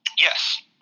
Yes